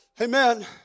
Amen